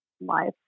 life